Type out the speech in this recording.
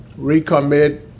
recommit